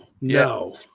no